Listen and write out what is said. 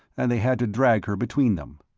and they had to drag her between them.